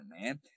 man